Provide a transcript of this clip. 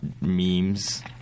memes